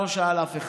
לא שאל אף אחד.